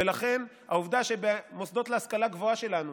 ולכן העובדה שבמוסדות להשכלה גבוהה שלנו